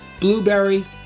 blueberry